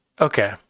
Okay